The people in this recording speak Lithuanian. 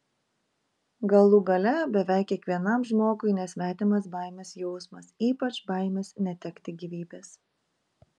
galų gale beveik kiekvienam žmogui nesvetimas baimės jausmas ypač baimės netekti gyvybės